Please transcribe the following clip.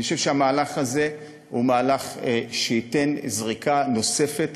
אני חושב שהמהלך הזה הוא שייתן זריקה נוספת